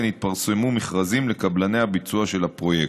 יתפרסמו מכרזים לקבלני הביצוע של הפרויקט.